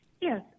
Yes